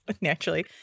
naturally